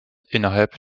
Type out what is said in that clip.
innerhalb